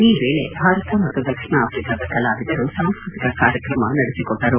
ಈ ವೇಳೆ ಭಾರತ ಮತ್ತು ದಕ್ಷಿಣ ಆಫ್ರಿಕಾದ ಕಲಾವಿದರು ಸಾಂಸ್ಕೃತಿಕ ಕಾರ್ಯಕ್ರಮ ನಡೆಸಿಕೊಟ್ಟರು